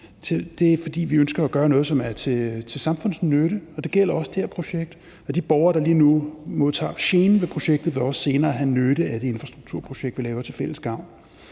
det, fordi vi ønsker at gøre noget, som er til samfundsnytte, og det gælder også det her projekt. Og de borgere, der lige nu oplever gener ved projektet, vil også senere have nytte af det infrastrukturprojekt, vi gennemfører til fælles gavn.